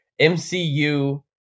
MCU